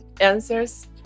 answers